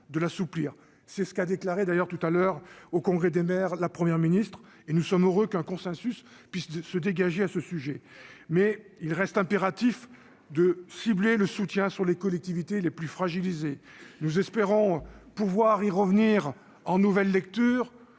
de l'assouplir, c'est ce qu'a déclaré, d'ailleurs tout à l'heure au congrès des maires, la première ministre et nous sommes heureux qu'un consensus puisse se dégager à ce sujet, mais il reste impératif de cibler le soutien sur les collectivités les plus fragilisés, nous espérons pouvoir y revenir en nouvelle lecture,